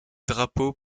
drapeaux